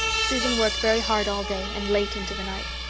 susan worked very hard all day and late into the night.